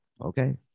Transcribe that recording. okay